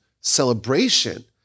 celebration